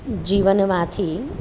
જીવનમાંથી